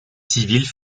civils